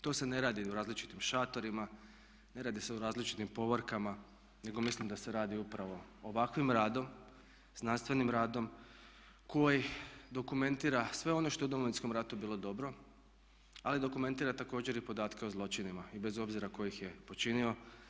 To se ne radi u različitim šatorima, ne radi se u različitim povorkama, nego mislim da se radi upravo ovakvim radom, znanstvenim radom koji dokumentira sve ono što je u Domovinskom ratu bilo dobro ali dokumentira također i podatke o zločinima i bez obzira tko ih je počinio.